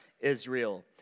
Israel